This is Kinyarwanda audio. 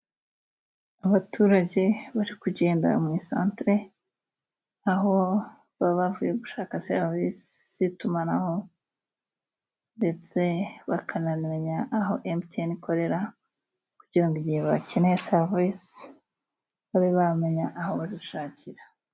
Abaturage bari kugenda mu santere, aho baba bavuye gushaka serivisi z'itumanaho, ndetse bakanamenya aho emutiyeni ikorera, kugira ngo igihe bakeneye serivisi babe bamenya aho bazishakira.